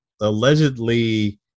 allegedly